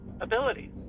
ability